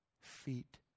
feet